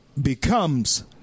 becomes